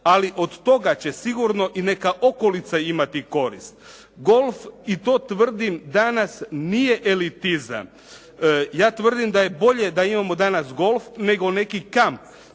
ali od toga će sigurno i neka okolica imati korist. Golf i to tvrdim danas nije elitizam. Ja tvrdim da je bolje da imamo danas golf nego neki kamp,